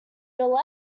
your